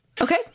Okay